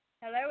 Hello